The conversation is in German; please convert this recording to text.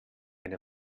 wenn